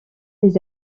les